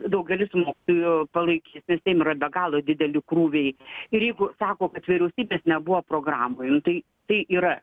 daugelis mokytojų palaikys nes jiem yra be galo dideli krūviai ir jeigu sako kad vyriausybės nebuvo programoj nu tai tai yra